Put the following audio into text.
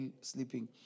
sleeping